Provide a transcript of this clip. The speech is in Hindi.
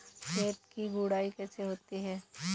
खेत की गुड़ाई कैसे होती हैं?